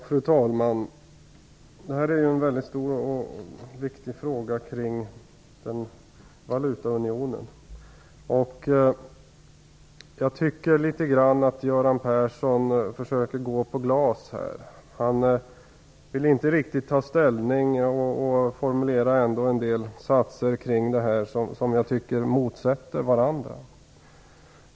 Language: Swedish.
Fru talman! Det här är en väldigt stor och viktig fråga kring valutaunionen. Jag tycker att Göran Persson litet grand försöker att gå på glas. Han vill inte riktigt ta ställning, men han formulerar ändå en del satser kring detta som motsäger varandra.